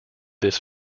this